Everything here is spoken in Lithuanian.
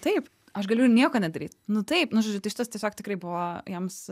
taip aš galiu nieko nedaryt nu taip nu žodžiu šitas tiesiog tikrai buvo jiems